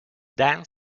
then